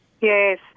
Yes